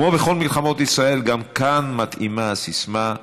כמו בכל מלחמות ישראל, גם כאן מתאימה הסיסמה,